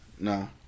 No